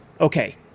Okay